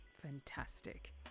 Fantastic